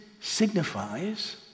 signifies